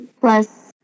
Plus